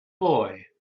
boy